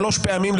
שלוש פעמים,